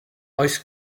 oes